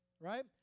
right